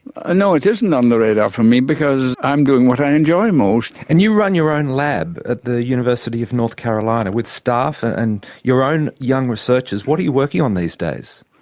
ah no, it isn't on the radar for me, because i'm doing what i enjoy most. and you run your own lab at the university of north carolina with staff and and your own young researchers. what are you working on these days?